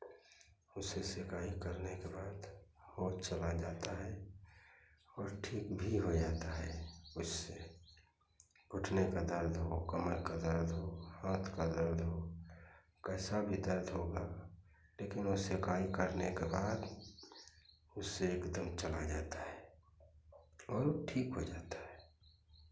उससे सेकाई करने के बाद वो चला जाता है और ठीक भी हो जाता है उससे घुटने का दर्द हो कमर का दर्द हो हाथ का दर्द हो कैसा भी दर्द होगा लेकिन वह सेकाई करने के बाद उससे एकदम चला जाता है और ठीक हो जाता है